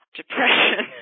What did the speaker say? depression